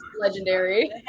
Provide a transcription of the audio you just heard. legendary